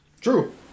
True